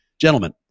gentlemen